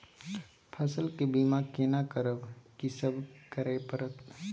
फसल के बीमा केना करब, की सब करय परत?